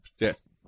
Yes